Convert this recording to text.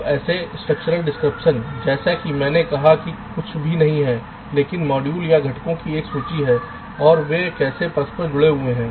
अब ऐसा structural description जैसा कि मैंने कहा कि कुछ भी नहीं है लेकिन मॉड्यूल या घटकों की एक सूची है और वे कैसे परस्पर जुड़े हुए हैं